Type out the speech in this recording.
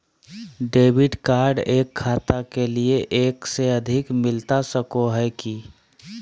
Debit card एक खाता के लिए एक से अधिक मिलता सको है की?